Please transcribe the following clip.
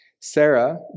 Sarah